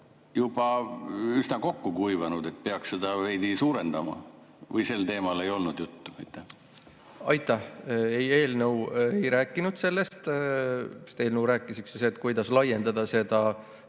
juba üsna kokku kuivanud, et peaks seda veidi suurendama? Või sel teemal ei olnud juttu? Aitäh! Ei, eelnõu ei räägi sellest. Eelnõu räägib sellest, kuidas laiendada seda